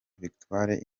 victoire